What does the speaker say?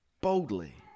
boldly